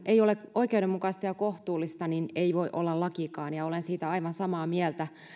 ei ole oikeudenmukaista ja kohtuullista ei voi olla lakikaan ja olen siitä aivan samaa mieltä